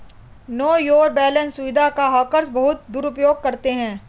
no your balance सुविधा का hackers बहुत दुरुपयोग करते हैं